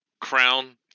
crown